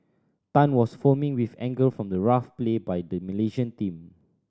Tan was foaming with anger from the rough play by the Malaysian team